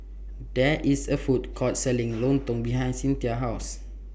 There IS A Food Court Selling Lontong behind Cyntha's House